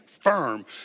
firm